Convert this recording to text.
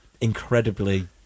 incredibly